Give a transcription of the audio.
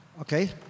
Okay